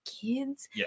kids